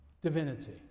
divinity